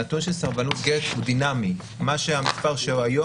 הנתון של סרבנות גט הוא דינמי המספר של היום